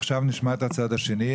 עכשיו נשמע את הצד השני.